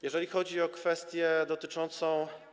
Jeżeli chodzi o kwestię dotyczącą.